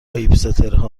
هیپسترها